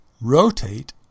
rotate